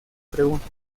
pregunta